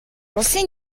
улсын